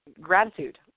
gratitude